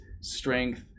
strength